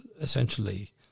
essentially